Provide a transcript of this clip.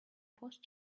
post